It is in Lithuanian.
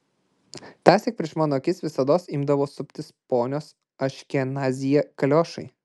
tąsyk prieš mano akis visados imdavo suptis ponios aškenazyje kaliošai